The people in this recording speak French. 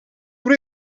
tous